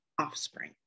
offspring